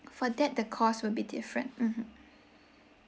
for that the cost will be different mmhmm